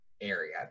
area